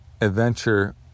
adventure